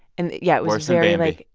and yeah worse ah yeah like